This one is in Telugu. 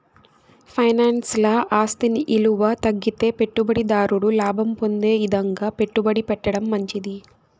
ఫైనాన్స్ల ఆస్తి ఇలువ తగ్గితే పెట్టుబడి దారుడు లాభం పొందే ఇదంగా పెట్టుబడి పెట్టడం మంచిది